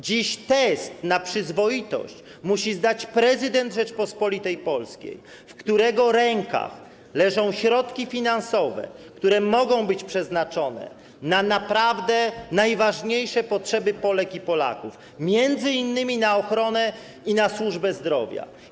Dziś test na przyzwoitość musi zdać prezydent Rzeczypospolitej Polskiej, w którego rękach leżą środki finansowe, które mogą być przeznaczone na naprawdę najważniejsze potrzeby Polek i Polaków, m.in. na ochronę i na służbę zdrowia.